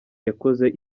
yakoze